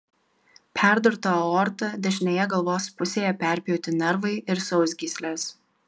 perdurta aorta dešinėje galvos pusėje perpjauti nervai ir sausgyslės